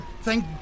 Thank